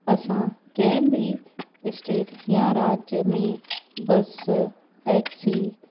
असां कंहिं बि स्टेट या राज्य में बस टैक्सी